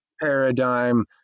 paradigm